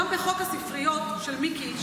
גם בחוק הספריות של מיקי,